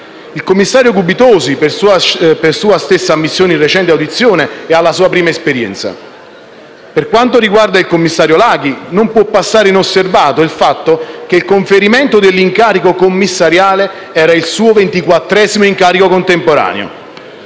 Il commissario Gubitosi, per sua stessa ammissione in recente audizione, è alla sua prima esperienza. Per quanto riguarda il commissario Laghi, non può passare inosservato il fatto che il conferimento dell'incarico commissariale era il suo ventiquattresimo incarico contemporaneo: